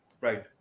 Right